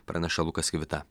praneša lukas kivita